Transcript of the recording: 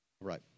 Right